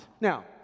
Now